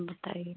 बताइए